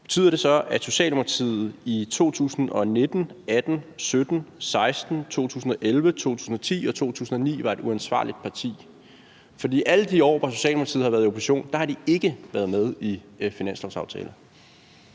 Betyder det så, at Socialdemokratiet i 2019, 2018, 2017, 2016, 2011, 2010 og 2009 var et uansvarligt parti? For alle de år, hvor Socialdemokratiet har været i opposition, har de ikke været med i finanslovsaftalen.